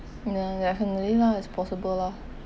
nah definitely lah is possible lah